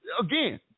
Again